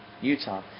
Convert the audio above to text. Utah